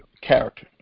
character